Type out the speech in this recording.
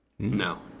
No